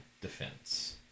Defense